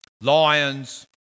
lions